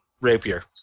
rapier